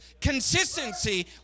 Consistency